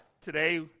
today